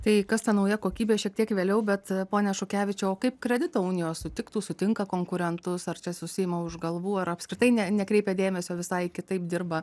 tai kas ta nauja kokybė šiek tiek vėliau bet pone šukevičiau o kaip kredito unija sutiktų sutinka konkurentus ar čia susiima už galvų ar apskritai ne nekreipia dėmesio visai kitaip dirba